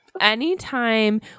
anytime